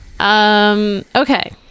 Okay